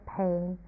pain